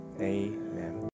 Amen